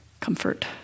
comfort